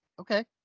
Okay